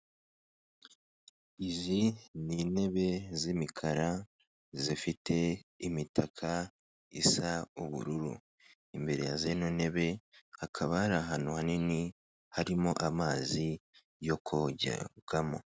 Izi ni intebe z'imikara zifite imitaka isa ubururu, imbere ya zino ntebe hakaba hari ahantu hanini harimo amazi yo kogerwamo.